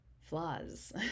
flaws